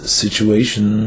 situation